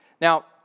Now